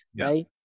right